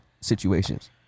situations